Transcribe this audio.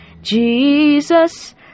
jesus